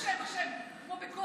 השם, השם, כמו ב-God.